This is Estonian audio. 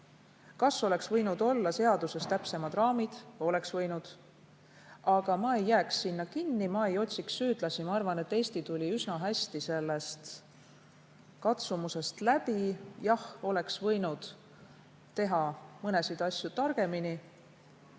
Kas oleks võinud olla seaduses täpsemad raamid? Oleks võinud. Aga ma ei jääks sinna kinni, ma ei otsiks süüdlasi. Ma arvan, et Eesti tuli üsna hästi sellest katsumusest läbi. Jah, oleks võinud teha mõnda asja targemini.